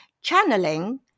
Channeling